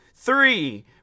three